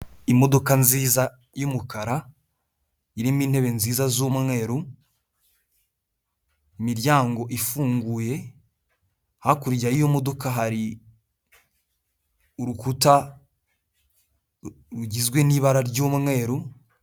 Imodoka nziza y'umukara irimo intebe nziza z'umweru imiryango ifunguye hakurya y'iyo modoka hari urukuta rugizwe n'ibara ry'umweru.